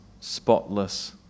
spotless